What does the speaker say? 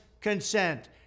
consent